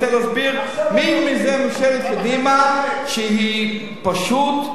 אני רוצה להסביר מי זאת ממשלת קדימה, שהיא פשוט,